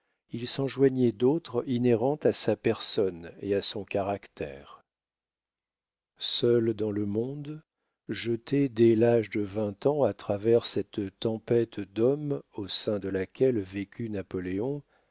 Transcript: il s'en joignait d'autres inhérentes à sa personne et à son caractère seul dans le monde jeté dès l'âge de vingt ans à travers cette tempête d'hommes au sein de laquelle vécut napoléon